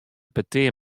petear